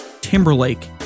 Timberlake